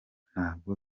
ntabwo